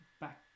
back